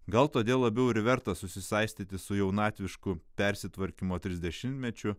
gal todėl labiau ir verta susisaistyti su jaunatvišku persitvarkymo trisdešimtmečiu